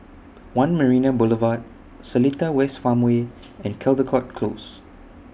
one Marina Boulevard Seletar West Farmway and Caldecott Close